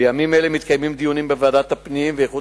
בימים אלה מתקיימים דיונים בוועדת הפנים ואיכות